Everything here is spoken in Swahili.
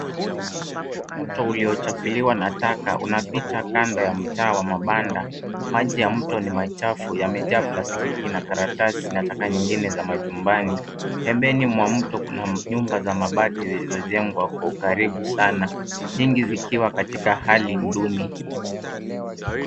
Mto uliochafuliwa na taka unapita kando ya mtaa wa vibanda. Maji ya mto ni machafu yamejaa plastiki na karatasi, na taka nyingine za majumbani. Pembeni mwa mto kuna nyumba za mabati zilizojengwa kwa ukaribu sana. Nyingi zikiwa katika hali duni.